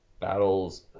Battles